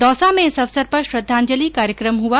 दौसा में इस अवसर पर श्रद्धांजलि कार्यक्रम हुआ